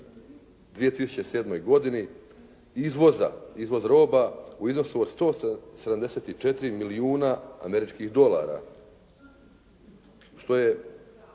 2007. godini izvoza, izvoz roba u iznosu od 174 milijuna američkih dolara što je